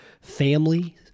family